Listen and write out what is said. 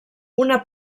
una